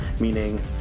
meaning